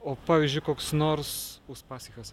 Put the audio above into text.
o pavyzdžiui koks nors uspaskichas